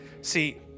See